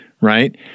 right